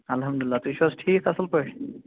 الحمدُ اللہ تُہۍ چھِو حظ ٹھیٖک اصٕل پٲٹھۍ